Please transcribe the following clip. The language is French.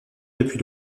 depuis